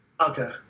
Okay